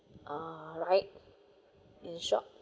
alright in short